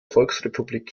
volksrepublik